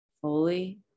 fully